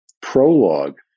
prologue